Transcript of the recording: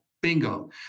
bingo